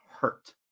hurt